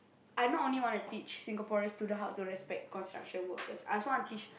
I not only wanna teach Singaporean student how to respect construction workers I also wanna teach